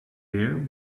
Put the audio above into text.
there